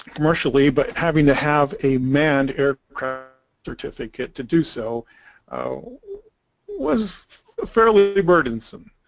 commercially, but having to have a manned aircraft certificate to do so was fairly the burdensome.